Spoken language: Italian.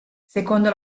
secondo